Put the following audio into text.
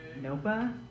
NOPA